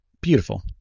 beautiful